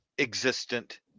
existent